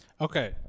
okay